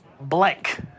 blank